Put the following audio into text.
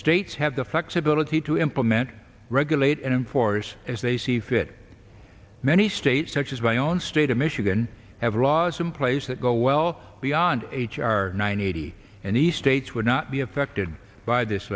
states have the flexibility to implement regulate and enforce as they see fit many states such as my own state of michigan have laws in place that go well beyond h r ninety and the states would not be affected by this